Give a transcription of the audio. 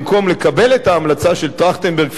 במקום לקבל את ההמלצה של טרכטנברג,